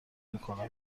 میکنم